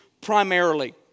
primarily